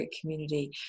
community